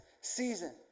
season